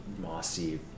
mossy